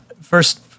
First